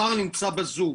השר נמצא בזום.